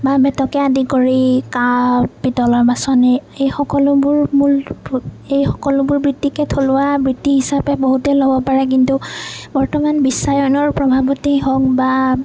বাঁহ বেতকে আদি কৰি কাঁহ পিতলৰ বাচন এই এই সকলোবোৰ এই সকলোবোৰ বৃত্তিকে থলুৱা বৃত্তি হিচাপে বহুতে ল'ব পাৰে কিন্তু বৰ্তমান বিশ্বায়নৰ প্ৰভাৱতেই হওঁক বা